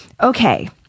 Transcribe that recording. Okay